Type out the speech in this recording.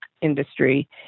industry